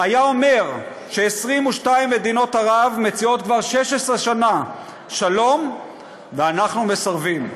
היה אומר ש-22 מדינות ערב מציעות כבר 16 שנה שלום ואנחנו מסרבים.